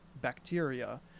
bacteria